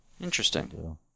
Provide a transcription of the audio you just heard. Interesting